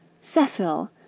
Cecil